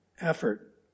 effort